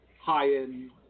high-end